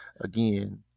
again